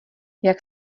jak